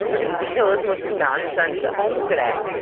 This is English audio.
then dealing with the nonsense at home today.